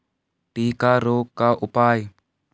टिक्का रोग का उपाय?